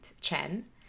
Chen